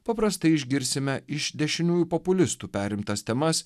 paprastai išgirsime iš dešiniųjų populistų perimtas temas